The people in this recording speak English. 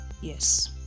Yes